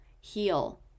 heal